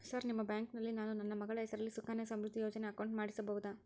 Sir ನಿಮ್ಮ ಬ್ಯಾಂಕಿನಲ್ಲಿ ನಾನು ನನ್ನ ಮಗಳ ಹೆಸರಲ್ಲಿ ಸುಕನ್ಯಾ ಸಮೃದ್ಧಿ ಯೋಜನೆ ಅಕೌಂಟ್ ಮಾಡಿಸಬಹುದಾ?